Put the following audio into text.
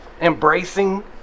embracing